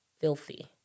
filthy